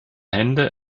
hände